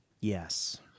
Yes